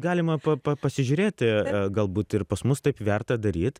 galima pa pa pasižiūrėti galbūt ir pas mus taip verta daryt